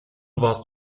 warst